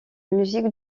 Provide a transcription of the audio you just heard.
musique